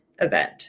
event